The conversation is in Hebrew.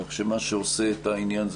כך שמה שעושה את העניין,